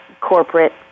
corporate